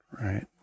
right